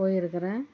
போயிருக்கிறேன்